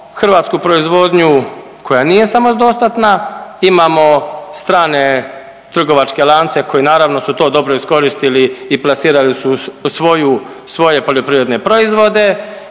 hrvatsku proizvodnju koja nije samodostatna, imamo strane trgovačke lance koji naravno su to dobro iskoristili i plasirali su u svoju, u svoje poljoprivredne proizvode